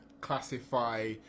classify